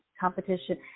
competition